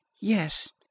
Yes